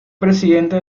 presidente